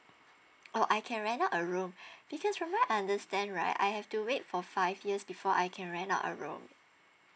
orh I can rent a room because from what I understand right I have to wait for five years before I can rent out a room